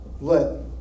let